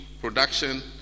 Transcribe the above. production